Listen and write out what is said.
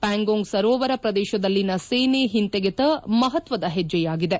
ಪ್ಯಾಂಗೋಂಗ್ ಸರೋವರ ಪ್ರದೇಶದಲ್ಲಿನ ಸೇನೆ ಹಿಂತೆಗೆತ ಮಪತ್ತದ ಹೆಜ್ಜೆಯಾಗಿದೆ